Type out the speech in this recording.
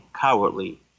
cowardly